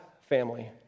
family